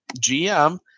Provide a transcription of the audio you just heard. GM